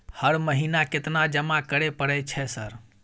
हर महीना केतना जमा करे परय छै सर?